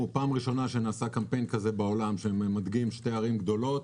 פעם ראשונה שנעשה קמפיין כזה בעולם שמדגים שתי ערים גדולות.